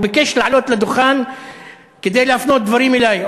הוא ביקש לעלות לדוכן כדי להפנות דברים אלי.